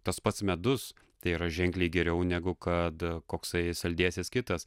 tas pats medus tai yra ženkliai geriau negu kad koksai saldėsis kitas